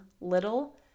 little